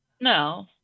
No